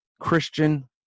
christian